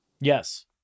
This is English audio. Yes